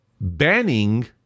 banning